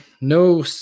no –